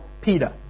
Peter